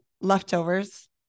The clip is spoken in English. leftovers